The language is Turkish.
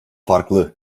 farklı